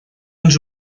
uns